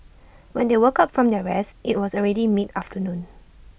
when they woke up from their rest IT was already mid afternoon